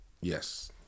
Yes